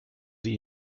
sie